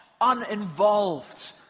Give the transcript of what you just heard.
uninvolved